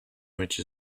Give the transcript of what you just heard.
which